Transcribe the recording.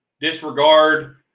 disregard